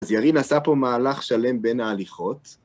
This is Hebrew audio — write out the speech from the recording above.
אז ירין עשה פה מהלך שלם בין ההליכות.